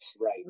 right